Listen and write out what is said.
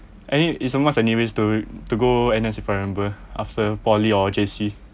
anyway it's a must anyways to to go N_S if I remember after poly or J_C